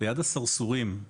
ליד הסרסורים,